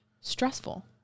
stressful